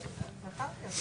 לא התקבלה.